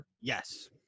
Yes